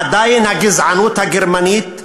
עדיין הגזענות הגרמנית,